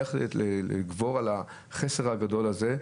איך לגבור על החסר הגדול הזה,